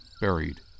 buried